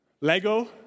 Lego